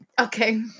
Okay